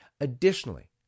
additionally